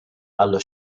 allo